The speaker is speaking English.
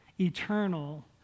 eternal